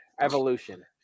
evolution